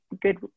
good